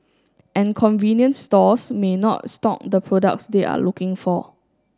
and convenience stores may not stock the products they are looking for